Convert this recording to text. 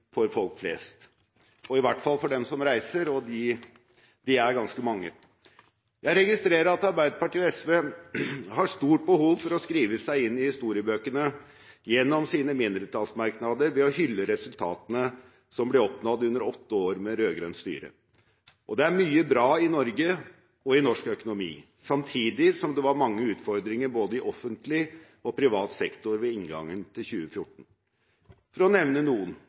for folk flest – i hvert fall for dem som reiser, og de er ganske mange. Jeg registrerer at Arbeiderpartiet og SV har stort behov for å skrive seg inn i historiebøkene – gjennom sine mindretallsmerknader – ved å hylle resultatene som ble oppnådd under åtte år med rød-grønt styre. Og det er mye bra i Norge og i norsk økonomi, samtidig som det var mange utfordringer i både offentlig og privat sektor ved inngangen til 2014. For å nevne noen: